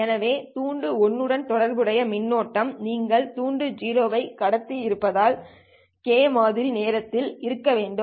எனவே துண்டு 0 உடன் தொடர்புடைய மின்னோட்டம் நீங்கள் துண்டு 0 ஐ கடத்தி இருந்தால் kth மாதிரி நேரத்தில் இருக்க வேண்டும்